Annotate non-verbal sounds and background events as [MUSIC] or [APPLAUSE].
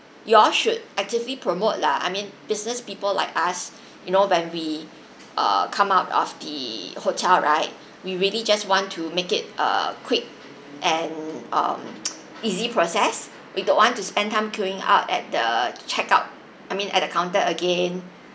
you all should actively promote lah I mean business people like us you know when we err come out of the hotel right we really just want to make it a quick and um [NOISE] easy process we don't want to spend time queuing up at the check out I mean at the counter again